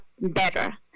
better